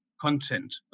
content